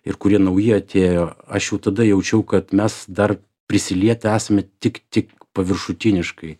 ir kurie nauji atėjo aš jau tada jaučiau kad mes dar prisilietę esame tik tik paviršutiniškai